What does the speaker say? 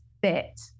bit